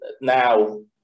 now